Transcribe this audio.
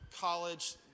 college